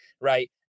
right